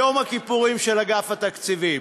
"יום הכיפורים של אגף התקציבים".